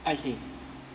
I see